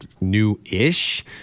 new-ish